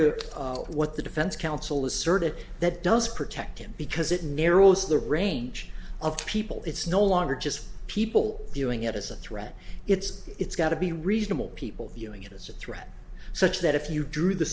to what the defense counsel asserted that does protect him because it narrows the range of people it's no longer just people viewing it as a threat it's it's got to be reasonable people viewing it as a threat such that if you drew the